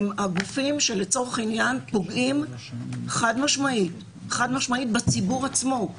הם הגופים שלצורך העניין פוגעים חד-משמעית בציבור עצמו.